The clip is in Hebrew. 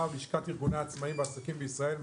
לשכת ארגוני העצמאיים והעסקים במדינת ישראל,